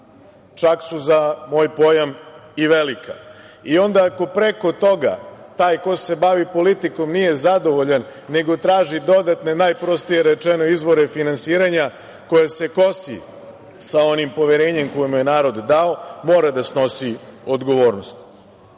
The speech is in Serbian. čak su za moj pojam i velika. I onda, ako preko toga, taj ko se bavi politikom, nije zadovoljan, nego traži dodatne najprostije rečeno izvore finansiranja, koje se kosi sa onim poverenjem koji mu je narod dao mora da snosi odgovornost. Mi